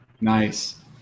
Nice